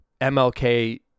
mlk